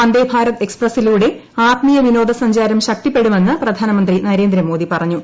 വന്ദേ ഭാരത് എക്സ്പ്രസിലൂടെ ആത്മീയ വിനോദ സഞ്ചാരം ശക്തിപ്പെടുമെന്ന് പ്രധാനമന്ത്രി നരേന്ദ്ര മോദി പറഞ്ഞു